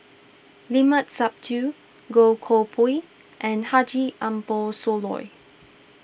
Limat Sabtu Goh Koh Pui and Haji Ambo Sooloh